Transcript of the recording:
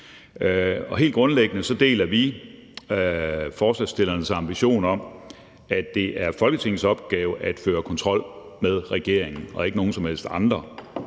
Helt grundlæggende deler vi forslagsstillernes ambition om, at det er Folketingets opgave at føre kontrol med regeringen og ikke nogen